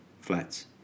flats